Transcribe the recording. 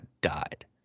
died